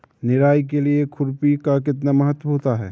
निराई के लिए खुरपी का कितना महत्व होता है?